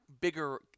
bigger